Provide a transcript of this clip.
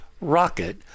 rocket